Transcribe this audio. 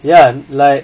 ya I'm like